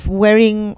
wearing